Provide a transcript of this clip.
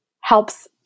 helps